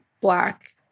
black